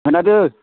खोनादों